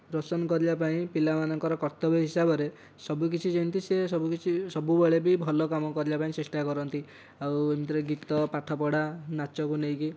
ରୋଶନ୍ କରିବାପାଇଁ ପିଲାମାନଙ୍କର କର୍ତ୍ତବ୍ୟ ହିସାବରେ ସବୁକିଛି ଯେମିତି ସେ ସବୁକିଛି ସବୁବେଳେ ବି ଭଲ କାମ କରିବା ପାଇଁ ଚେଷ୍ଟା କରନ୍ତି ଆଉ ଏମିତିରେ ଗୀତ ପାଠପଢ଼ା ନାଚକୁ ନେଇକି